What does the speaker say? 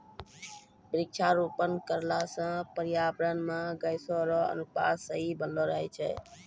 वृक्षारोपण करला से पर्यावरण मे गैसो रो अनुपात सही बनलो रहै छै